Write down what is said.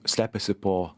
slepiasi po